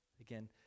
Again